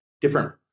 different